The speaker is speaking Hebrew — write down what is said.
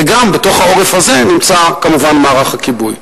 ובתוך העורף הזה גם נמצא כמובן מערך הכיבוי.